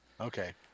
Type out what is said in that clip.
Okay